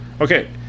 okay